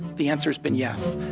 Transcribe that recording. the answer's been yes.